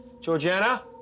Georgiana